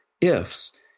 ifs